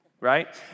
right